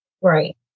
Right